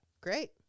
Great